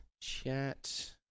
chat